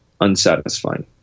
unsatisfying